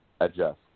adjust